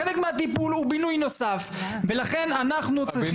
חלק מהטיפול הוא בינוי נוסף ולכן אנחנו צריכים